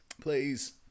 Please